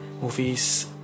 movies